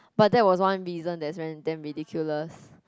but that was one reason that's dam~ damn ridiculous